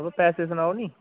तुस पैसे सनाओ नी